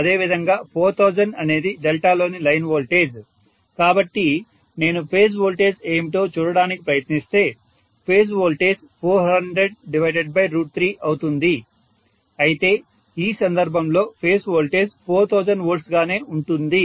అదేవిధంగా 4000 అనేది డెల్టాలోని లైన్ వోల్టేజ్ కాబట్టి నేను ఫేజ్ వోల్టేజ్ ఏమిటో చూడటానికి ప్రయత్నిస్తే ఫేజ్ వోల్టేజ్ 4003అవుతుంది అయితే ఈ సందర్భంలో ఫేజ్ వోల్టేజ్ 4000 V గానే ఉంటుంది